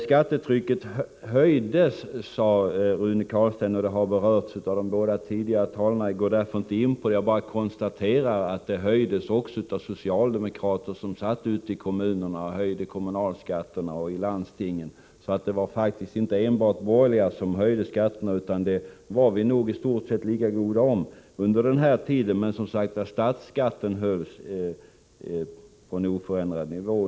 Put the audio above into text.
Skattetrycket höjdes sade Rune Carlstein. Det har berörts av de båda tidigare talarna, och jag går därför inte in på det. Jag bara konstaterar att skattetrycket höjdes även av socialdemokraterna, som i kommunerna höjde kommunalskatterna och i landstingen landstingsskatterna. Det var faktiskt inte bara de borgerliga som höjde skatterna, utan vi var nog i stort sett lika goda under denna tid. Statsskatten hölls på ungefär oförändrad nivå.